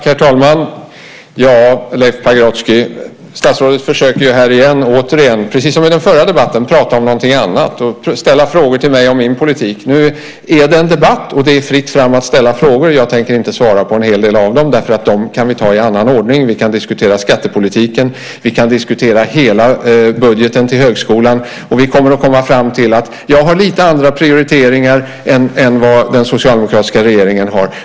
Herr talman! Statsrådet försöker här återigen, precis som i den förra debatten, prata om någonting annat och ställa frågor till mig om min politik. Nu är det en debatt, och det är fritt fram att ställa frågor. Jag tänker inte svara på en hel del av den, därför att dem kan vi ta i annan ordning. Vi kan diskutera skattepolitiken och vi kan diskutera hela budgeten till högskolan, och vi kommer att komma fram till att jag har lite andra prioriteringar än vad den socialdemokratiska regeringen har.